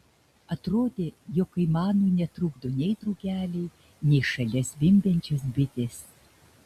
atrodė jog kaimanui netrukdo nei drugeliai nei šalia zvimbiančios bitės